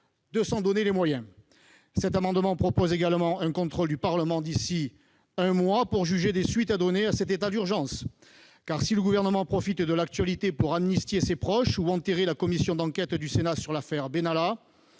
de s'en donner les moyens. Les dispositions de cet amendement prévoient également un contrôle du Parlement d'ici à un mois pour juger des suites à donner à cet état d'urgence. En effet, si le Gouvernement profite de l'actualité pour amnistier ses proches ou enterrer la commission d'enquête du Sénat sur l'affaire Benalla,